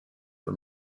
for